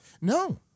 No